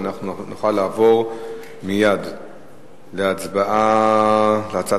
ואנחנו נוכל לעבור מייד להצבעה על הצעת